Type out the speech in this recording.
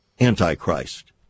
Antichrist